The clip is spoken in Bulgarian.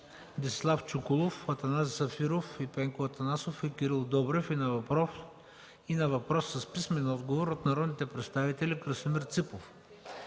Десислав Чуколов, Атанас Зафиров и Пенко Атанасов, и Кирил Добрев, и на въпрос с писмен отговор от народните представители Красимир Ципов,